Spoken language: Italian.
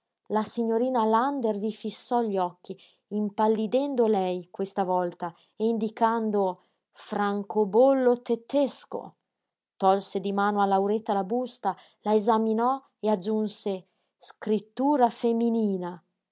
la signorina lander vi fissò gli occhi impallidendo lei questa volta e indicando francobollo tetesco tolse di mano a lauretta la busta la esaminò e aggiunse scrittura feminina